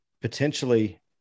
potentially